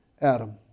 Adam